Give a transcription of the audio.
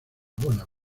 buena